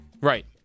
Right